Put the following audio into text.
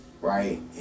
right